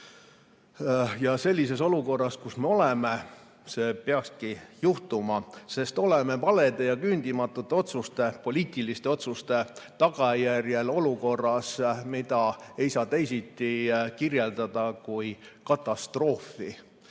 Sellises olukorras, kus me oleme, see peakski juhtuma, sest oleme valede ja küündimatute poliitiliste otsuste tagajärjel olukorras, mida ei saa kirjeldada teisiti kui katastroofi.